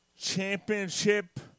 championship